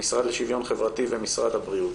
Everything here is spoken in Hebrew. המשרד לשוויון חברתי ומשרד הבריאות.